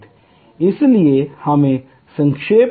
इसलिए हमें संक्षेप में बताएं